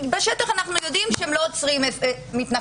בשטח אנחנו יודעים שהם לא עוצרים מתנחלים,